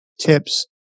tips